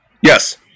Yes